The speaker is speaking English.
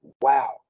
wow